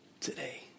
today